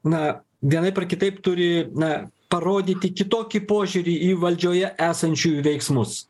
na vienaip ar kitaip turi na parodyti kitokį požiūrį į valdžioje esančiųjų veiksmus